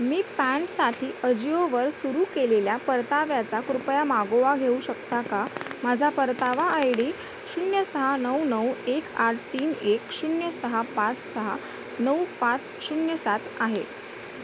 मी पॅन्टसाठी अजिओवर सुरू केलेल्या परताव्याचा कृपया मागोवा घेऊ शकता का माझा परतावा आय डी शून्य सहा नऊ नऊ एक आठ तीन एक शून्य सहा पाच सहा नऊ पाच शून्य सात आहे